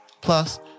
Plus